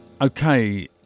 Okay